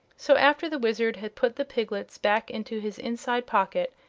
so, after the wizard had put the piglets back into his inside pocket,